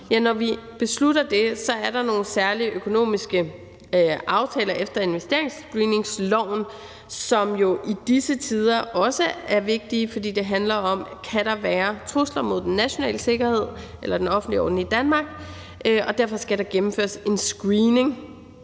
grøn strøm – så er der nogle særlige økonomiske aftaler efter investeringsscreeningsloven, som jo i disse tider også er vigtige, fordi det handler om, om der kan være trusler mod den nationale sikkerhed eller den offentlige orden i Danmark, og derfor skal der gennemføres en screening